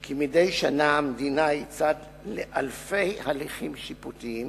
כי מדי שנה המדינה היא צד לאלפי הליכים שיפוטיים,